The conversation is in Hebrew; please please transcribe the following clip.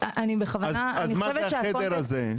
אז מה זה החדר הזה?